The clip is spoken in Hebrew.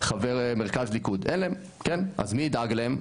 חבר מרכז ליכוד, אין להם, אז מי ידאג להם?